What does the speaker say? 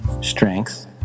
strength